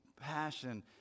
passion